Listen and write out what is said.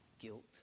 Guilt